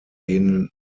denen